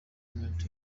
umwete